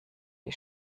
die